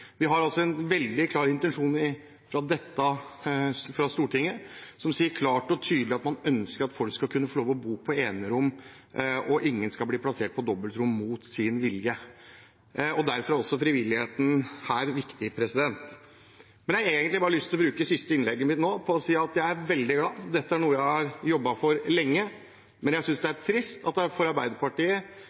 Vi har en veldig klar intensjon fra Stortinget som sier klart og tydelig at man ønsker at folk skal kunne få lov til å bo på enerom, og at ingen skal bli plassert på dobbeltrom mot sin vilje. Derfor er også frivilligheten viktig her. Men jeg har egentlig lyst til å bruke det siste innlegget mitt på å si at jeg er veldig glad. Dette er noe jeg har jobbet for lenge. Jeg synes det er trist for Arbeiderpartiet at de har tydeliggjort hva de mener om dette, og hvem kjærlighetsgarantien skal gjelde for,